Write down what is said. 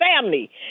family